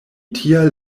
tial